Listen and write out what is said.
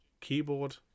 keyboard